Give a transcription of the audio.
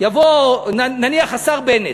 יבוא, נניח השר בנט,